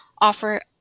offer